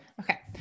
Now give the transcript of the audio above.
okay